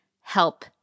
help